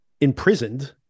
imprisoned